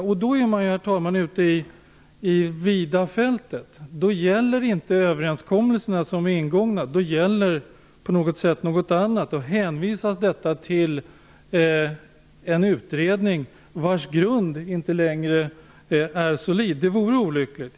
Då är man ute i vida fältet. Då gäller inte ingångna överenskommelser. Då gäller på något sätt något annat. Då hänvisas detta till en utredning vars grund inte längre är solid. Det vore olyckligt.